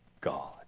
God